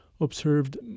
observed